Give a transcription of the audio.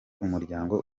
umuryango